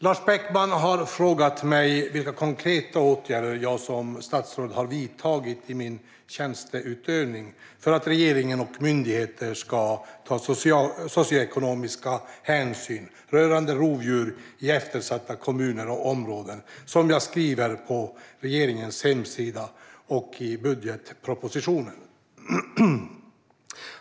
Lars Beckman har frågat mig vilka konkreta åtgärder jag som statsråd har vidtagit i min tjänsteutövning för att regeringen och myndigheter ska ta socioekonomiska hänsyn rörande rovdjur i eftersatta kommuner och områden, som jag skriver om på regeringens hemsida och i budgetpropositionen.